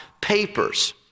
papers